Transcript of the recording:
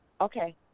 Okay